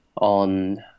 on